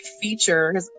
feature